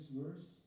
verse